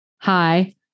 hi